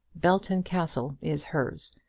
belton castle is hers,